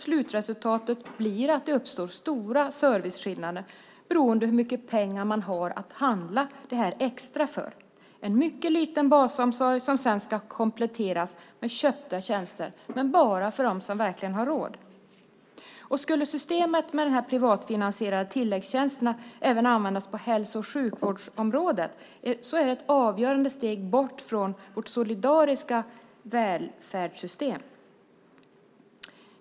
Slutresultatet blir att stora serviceskillnader uppstår beroende på hur mycket pengar man har att handla det här extra för. En mycket liten basomsorg ska sedan kompletteras med köpta tjänster, men bara för dem som verkligen har råd. Om systemet med de här privatfinansierade tilläggstjänsterna även tillämpades på sjukvårdsområdet skulle det vara ett avgörande steg bort från vårt solidariska välfärdssystem.